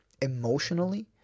emotionally